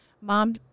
Mom